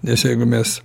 nes jeigu mes